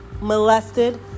molested